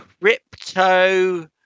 crypto